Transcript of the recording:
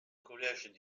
collège